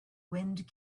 wind